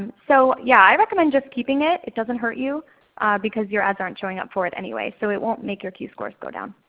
and so yeah i recommend just keeping it. it doesn't hurt you because your ads aren't showing up for it anyway so it won't make your q scores go down.